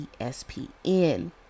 ESPN